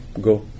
go